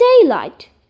daylight